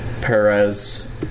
Perez